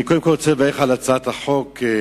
אני רוצה לברך על הצעת החוק.